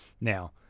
now